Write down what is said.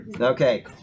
Okay